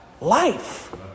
life